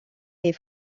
est